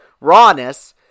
rawness